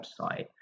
website